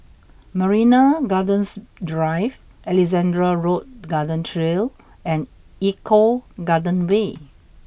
Marina Gardens Drive Alexandra Road Garden Trail and Eco Garden Way